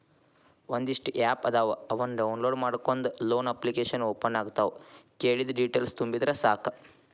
ಒಂದಿಷ್ಟ ಆಪ್ ಅದಾವ ಅವನ್ನ ಡೌನ್ಲೋಡ್ ಮಾಡ್ಕೊಂಡ ಲೋನ ಅಪ್ಲಿಕೇಶನ್ ಓಪನ್ ಆಗತಾವ ಕೇಳಿದ್ದ ಡೇಟೇಲ್ಸ್ ತುಂಬಿದರ ಸಾಕ